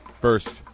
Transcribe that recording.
First